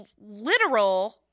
literal